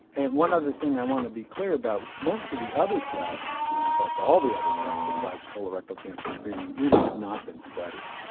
and one other thing i want to be clear about, most of the other tests, and in fact all the other tests beside colorectal cancer screening really have not been studied.